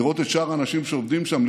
לראות את שאר האנשים שעובדים שם,